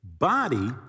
body